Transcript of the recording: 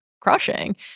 crushing